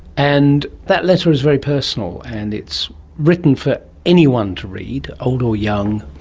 and that letter is very personal and it's written for anyone to read, old or young,